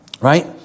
right